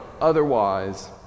otherwise